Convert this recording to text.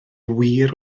wir